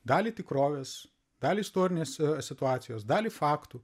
dalį tikrovės dalį istorinės situacijos dalį faktų